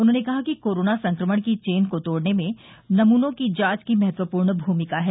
उन्होंने कहा कि कोरोना संक्रमण की चेन को तोड़ने में नमूनों की जांच की महत्वपर्ण भूमिका है